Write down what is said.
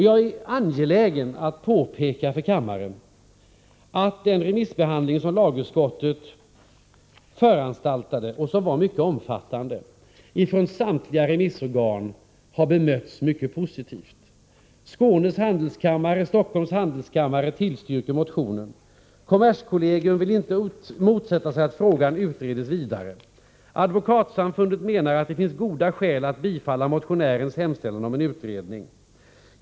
Jag är angelägen att påpeka för kammaren att förslaget i den remissbehandling som lagutskottet föranstaltade om och som var mycket omfattande från samtliga remissorgan har bemötts mycket positivt. Skånes handelskammare och Stockholms handelskammare tillstyrker motionen. Kommerskollegium vill inte motsätta sig att frågan utreds vidare. Advokatsamfundet menar att det finns goda skäl att bifalla motionärens hemställan om en utredning.